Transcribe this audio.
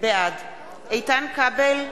בעד איתן כבל,